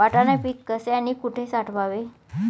वाटाणा पीक कसे आणि कुठे साठवावे?